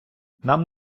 нам